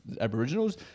Aboriginals